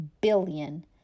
billion